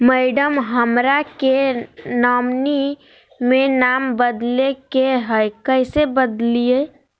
madam, हमरा के nominee में नाम बदले के हैं, कैसे बदलिए